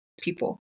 people